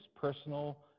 personal